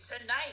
tonight